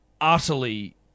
utterly